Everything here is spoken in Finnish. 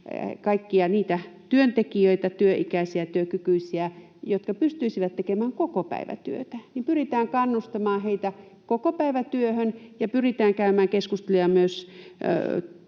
kaikkia niitä työntekijöitä, työikäisiä ja työkykyisiä, jotka pystyisivät tekemään kokopäivätyötä. [Ilmari Nurmisen välihuuto] Pyritään kannustamaan heitä kokopäivätyöhön ja pyritään käymään keskusteluja myös